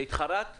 התחרטת?